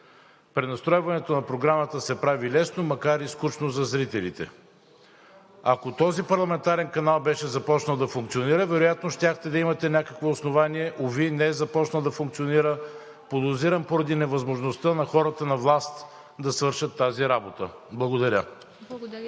Пренастройването на програмата се прави лесно, макар и скучно за зрителите. Ако този парламентарен канал беше започнал да функционира, вероятно щяхте да имате някакво основание. Уви, не е започнал да функционира – подозирам, че е поради невъзможността на хората на власт да свършат тази работа. Благодаря.